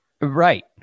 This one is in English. right